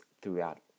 throughout